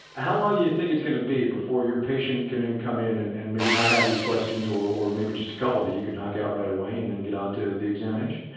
how long do you think it's going to be before your patient can then come in and and maybe not have these questions, or or maybe just a couple that you could knock out right away and then get on to the examination?